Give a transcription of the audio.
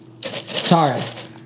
Taurus